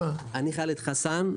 אני חאלד חסן,